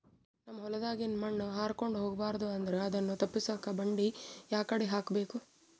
ನಮ್ ಹೊಲದಾಗಿನ ಮಣ್ ಹಾರ್ಕೊಂಡು ಹೋಗಬಾರದು ಅಂದ್ರ ಅದನ್ನ ತಪ್ಪುಸಕ್ಕ ಬಂಡಿ ಯಾಕಡಿ ಹಾಕಬೇಕು?